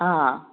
ꯑꯥ